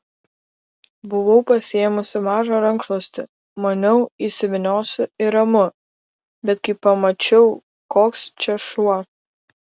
buvau pasiėmusi mažą rankšluostį maniau įsivyniosiu ir ramu bet kai pamačiau koks čia šuo